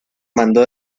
mando